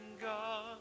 God